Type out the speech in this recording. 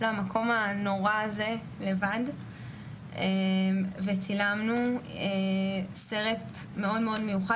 למקום הנורא הזה לבד וצילמנו סרט מאוד מאוד מיוחד